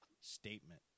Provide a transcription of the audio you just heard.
statement